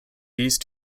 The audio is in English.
these